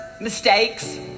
mistakes